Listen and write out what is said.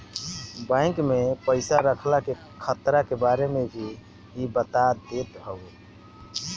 bank में पईसा रखला के खतरा के बारे में भी इ बता देत हवे